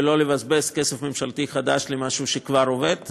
ולא לבזבז כסף ממשלתי חדש על משהו שכבר עובד,